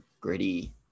gritty